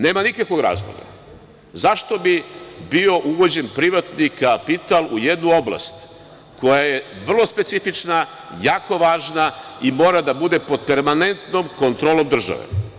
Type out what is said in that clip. Nema nikakvog razloga zašto bi bio uvođen privatni kapital u jednu oblast koja je vrlo specifična, jako važna i mora da bude pod permanentnom kontrolom države.